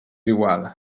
igual